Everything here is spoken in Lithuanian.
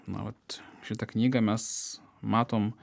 na vat šitą knygą mes matom